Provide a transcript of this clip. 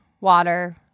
water